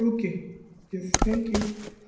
okay yes thank you